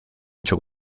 hecho